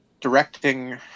directing